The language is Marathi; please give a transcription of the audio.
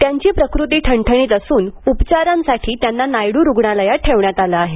त्यांची प्रकृती ठणठणीत असून उपचारांस्तव त्यांना नायडू रुग्णालयात ठेवण्यात आले आहे